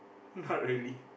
not really